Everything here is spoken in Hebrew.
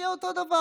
יהיה אותו דבר,